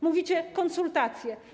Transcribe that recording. Mówicie: konsultacje.